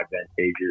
advantageous